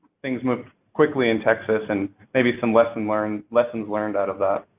things moved quickly in texas, and maybe some lessons learned lessons learned out of that?